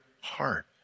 heart